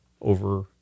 over